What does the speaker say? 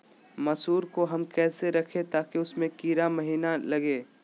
मसूर को हम कैसे रखे ताकि उसमे कीड़ा महिना लगे?